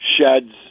sheds